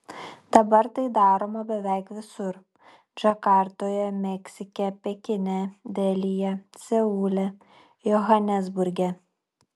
dabar tai daroma beveik visur džakartoje meksike pekine delyje seule johanesburge